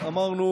אמרנו: